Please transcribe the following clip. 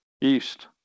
East